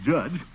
Judge